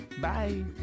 Bye